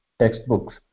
textbooks